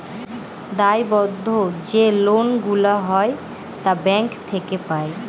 দায়বদ্ধ যে লোন গুলা হয় তা ব্যাঙ্ক থেকে পাই